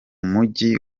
mujyi